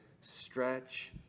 Stretch